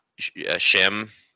shim